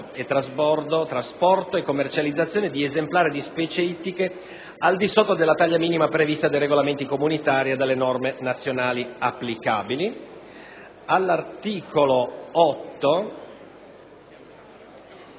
trasporto e commercializzazione di esemplari di specie ittiche al di sotto della taglia minima prevista dai regolamenti comunitari e dalle norme nazionali applicabili. L'articolo